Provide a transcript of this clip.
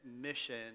mission